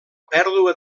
pèrdua